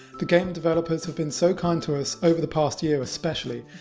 the game developers have been so kind to us over the past year especially.